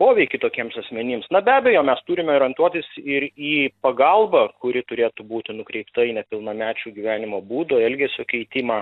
poveikį tokiems asmenims na be abejo mes turime orientuotis ir į pagalbą kuri turėtų būti nukreipta į nepilnamečių gyvenimo būdo elgesio keitimą